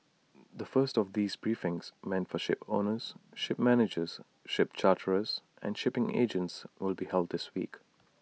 the first of these briefings meant for shipowners ship managers ship charterers and shipping agents will be held this week